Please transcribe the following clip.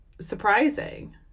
surprising